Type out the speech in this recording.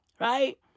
Right